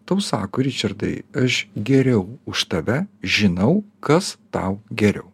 tau sako ričardai aš geriau už tave žinau kas tau geriau